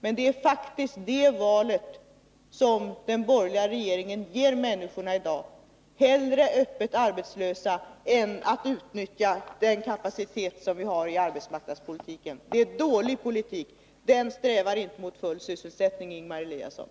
Men det är faktiskt det valet som den borgerliga regeringen ger människorna i dag: hellre öppen arbetslöshet än att utnyttja den kapacitet som vi har inom arbetsmarknadspolitiken. Det är en dålig politik. Den leder inte till full syselsättning, Ingemar Eliasson.